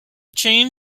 chain